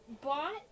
bought